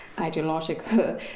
ideological